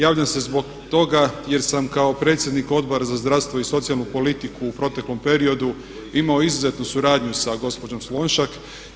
Javljam se zbog toga jer sam kao predsjednik Odbora za zdravstvo i socijalnu politiku u proteklom periodu imao izuzetnu suradnju sa gospođom Slonjšak.